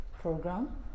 program